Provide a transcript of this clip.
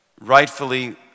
Rightfully